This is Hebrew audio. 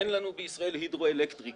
אין לנו בישראל הידרו-אלקטריקה,